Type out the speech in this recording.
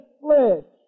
flesh